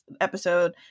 episode